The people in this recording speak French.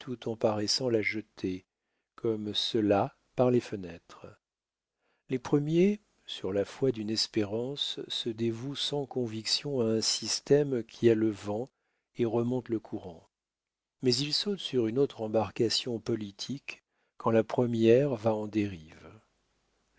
en paraissant la jeter comme ceux-là par les fenêtres les premiers sur la foi d'une espérance se dévouent sans conviction à un système qui a le vent et remonte le courant mais ils sautent sur une autre embarcation politique quand la première va en dérive